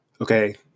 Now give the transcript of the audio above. Okay